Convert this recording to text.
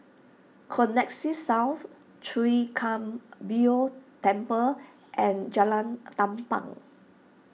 Connexis South Chwee Kang Beo Temple and Jalan Tampang